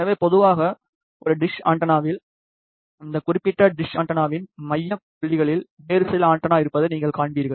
எனவே பொதுவாக ஒரு டிஷ் ஆண்டெனாவில் இந்த குறிப்பிட்ட டிஷ் ஆண்டெனாவின் மைய புள்ளியில் வேறு சில ஆண்டெனா இருப்பதை நீங்கள் காண்பீர்கள்